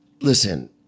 listen